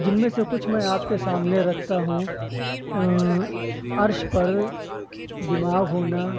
جن میں سے کچھ میں آپ کے سامنے رکھتا ہوں عرش پر دماغ ہونا